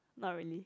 not really